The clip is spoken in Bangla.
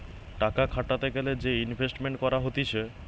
টাকা খাটাতে গ্যালে যে ইনভেস্টমেন্ট করা হতিছে